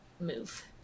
move